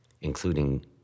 including